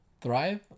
Thrive